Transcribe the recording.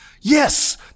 Yes